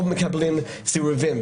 או מקבלים סירובים.